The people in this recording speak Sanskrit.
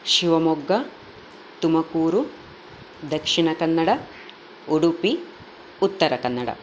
शिवमोग्ग तुमकूरु दक्षिणकन्नड उडुपि उत्तरकन्नड